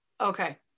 Okay